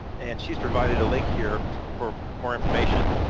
and she's provided a link here for more information.